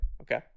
Okay